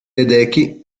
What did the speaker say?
ledecky